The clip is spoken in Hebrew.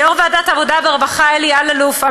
ליושב-ראש ועדת העבודה והרווחה אלי אלאלוף,